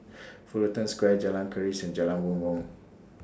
Fullerton Square Jalan Keris and Jalan Bumbong